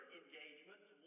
engagements